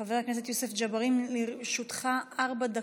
חבר הכנסת יוסף ג'בארין, לרשותך ארבע דקות,